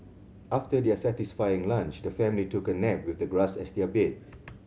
after their satisfying lunch the family took a nap with the grass as their bed